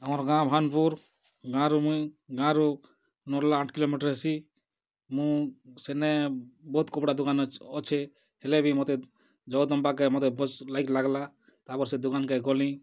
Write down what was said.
ଆମର୍ ଗାଁ ଭାନ୍ପୁର୍ ଗାଁ'ରୁ ମୁଇଁ ଗାଁ'ରୁ ନର୍ଲା ଆଠ୍ କିଲୋମିଟର୍ ଆସି ମୁଁ ସେନେ ବହୁତ୍ କପ୍ଡ଼ା ଦୁକାନ୍ ଅଛେ ହେଲେ ବି ମତେ ଜଗଦମ୍ବାକେ ମତେ ବହୁତ୍ ଲାଇକ୍ ଲାଗ୍ଲା ତା'ପରେ ସେଇ ଦୁକାନ୍ କେ ଗଲି